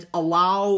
allow